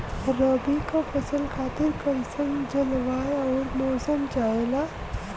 रबी क फसल खातिर कइसन जलवाय अउर मौसम चाहेला?